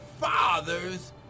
father's